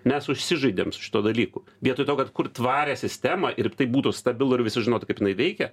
mes užsižaidėm su šituo dalyku vietoj to kad kurt tvarią sistemą ir tai būtų stabilu ir visi žinotų kaip jinai veikia